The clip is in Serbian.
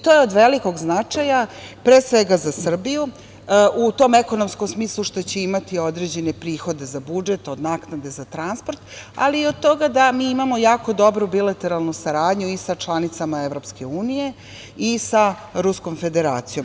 To je od velikog značaja za Srbiju, a u tom ekonomskom smislu zato što će imati određene prihode za budžet od naknade za transport, ali i od toga da mi imamo jako dobru bilateralnu saradnju i sa članicama EU i sa Ruskom Federacijom.